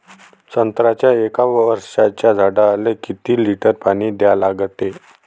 संत्र्याच्या एक वर्षाच्या झाडाले किती लिटर पाणी द्या लागते?